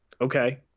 Okay